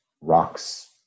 rocks